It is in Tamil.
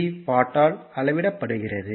p வாட் ஆல் அளவிடப்படுகிறது